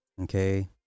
Okay